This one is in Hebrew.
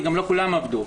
כי לא כולן עבדו.